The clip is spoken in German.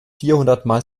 vierhundertmal